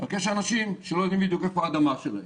אלא שיש אנשים שלא יודעים בדיוק היכן האדמה שלהם.